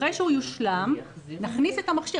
אחרי שהוא יושלם נכניס את המכשיר.